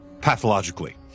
Pathologically